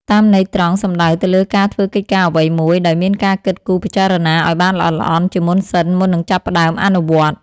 តាមន័យត្រង់ សំដៅទៅលើការធ្វើកិច្ចការអ្វីមួយដោយមានការគិតគូរពិចារណាឱ្យបានល្អិតល្អន់ជាមុនសិន មុននឹងចាប់ផ្តើមអនុវត្ត។